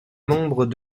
membres